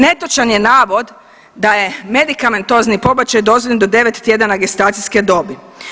Netočan je navod da je medikamentozni pobačaj dozvoljen do 9 tjedana gestacijske dobi.